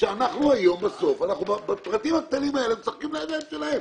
שאנחנו היום בפרטים הקטנים האלה משחקים לידיים שלהם.